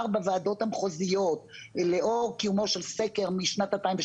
בוועדות המחוזיות לאור קיומו של סקר משנת 2012,